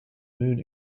moon